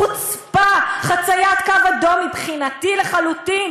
חוצפה, חציית קו אדום מבחינתי לחלוטין.